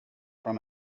from